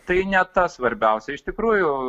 tai ne tas svarbiausia iš tikrųjų